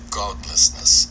godlessness